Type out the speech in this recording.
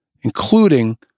including